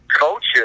coaches